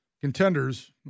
contenders